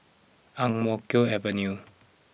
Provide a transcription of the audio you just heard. Ang Mo Kio Avenue